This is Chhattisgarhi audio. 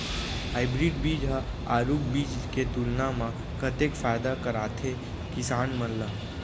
हाइब्रिड बीज हा आरूग बीज के तुलना मा कतेक फायदा कराथे किसान मन ला?